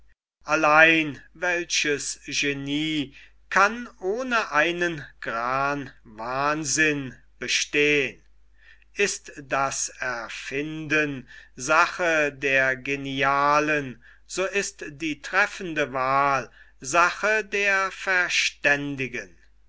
allein welches genie kann ohne einen gran wahnsinn bestehn ist das erfinden sache der genialen so ist die treffende wahl sache der verständigen